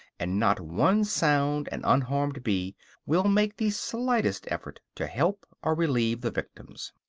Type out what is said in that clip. and not one sound and unharmed bee will make the slightest effort to help or relieve the victims.